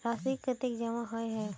राशि कतेक जमा होय है?